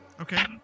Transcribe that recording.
Okay